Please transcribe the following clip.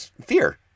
Fear